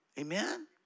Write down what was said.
Amen